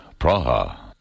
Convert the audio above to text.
Praha